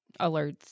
alerts